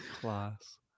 class